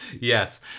Yes